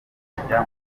akajya